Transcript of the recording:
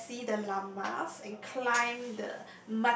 and see the llamas and climb the